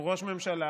הוא ראש ממשלה,